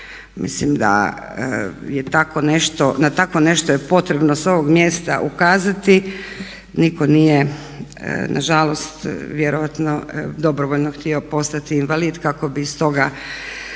Mislim da je tako nešto, na tako nešto je potrebno sa ovog mjesta ukazati. Nitko nije nažalost, vjerojatno dobrovoljno htio postati invalid kako bi iz toga